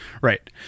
Right